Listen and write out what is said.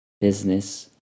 business